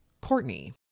Courtney